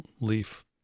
leaf